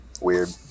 Weird